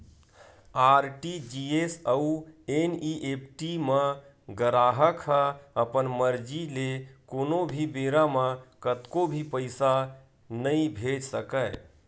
RTGS अउ NEFT म गराहक ह अपन मरजी ले कोनो भी बेरा म कतको भी पइसा नइ भेज सकय